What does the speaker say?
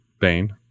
Bane